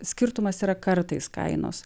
skirtumas yra kartais kainos